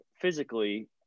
physically